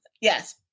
Yes